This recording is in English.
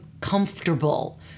comfortable